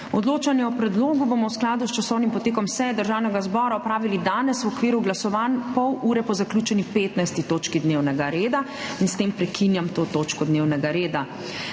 Odločanje o predlogu bomo v skladu s časovnim potekom seje Državnega zbora opravili danes v okviru glasovanj, pol ure po zaključeni 15. točki dnevnega reda. S tem prekinjam to točko dnevnega reda.